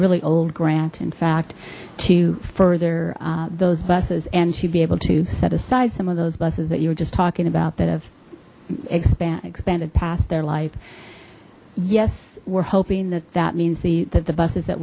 really old grant in fact to further those buses and to be able to set aside some of those buses that you were just talking about that have expand expanded past their life yes we're hoping that that means the the buses that